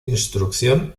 instrucción